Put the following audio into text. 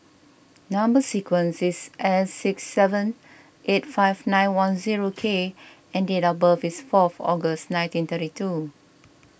Number Sequence is S six seven eight five nine one zero K and date of birth is fourth August nineteen thirty two